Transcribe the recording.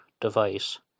device